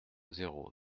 zéro